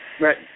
Right